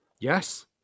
Yes